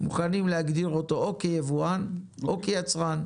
מוכנים להגדיר אותו או כיבואן או כיצרן.